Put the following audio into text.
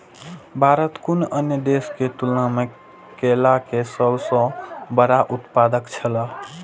भारत कुनू अन्य देश के तुलना में केला के सब सॉ बड़ा उत्पादक छला